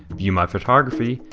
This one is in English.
view my photography,